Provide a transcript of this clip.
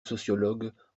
sociologues